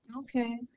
Okay